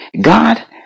God